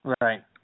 Right